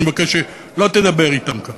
אני מבקש שלא תדבר אתם כאן.